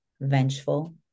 vengeful